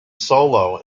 solo